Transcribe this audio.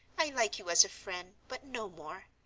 i like you as a friend, but no more.